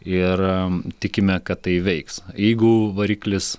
ir tikime kad tai veiks jeigu variklis